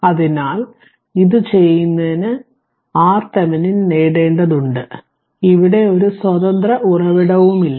അതിനാൽ ഇത് ചെയ്യുന്നതിന് RThevenin നേടേണ്ടതുണ്ട് ഇവിടെ ഒരു സ്വതന്ത്ര ഉറവിടവുമില്ല